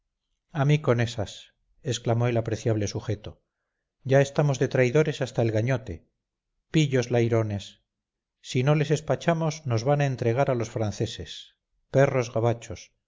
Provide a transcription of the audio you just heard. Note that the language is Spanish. a mí con esas exclamó el apreciable sujeto ya estamos de traidores hasta el gañote pillos lairones si no les espachamos nos van a entregar a los franceses perros gabachos